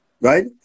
right